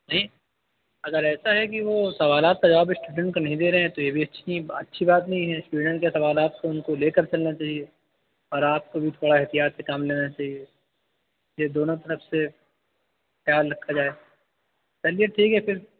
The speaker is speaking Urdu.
نہیں اگر ایسا ہے کہ وہ سوالات کا جواب اسٹوڈینٹ کو نہیں دے رہے ہیں تو یہ بھی اچھی نہیں اچھی بات نہیں ہے اسٹوڈینٹ کے سوالات کو ان کو لے کر چلنا چاہیے اور آپ کو بھی تھوڑا احتیاط سے کام لینا چاہیے یہ دونوں طرف سے خیال رکھا جائے چلیے ٹھیک ہے پھر